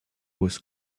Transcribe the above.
was